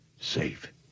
safe